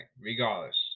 regardless